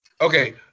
Okay